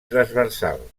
transversal